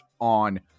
on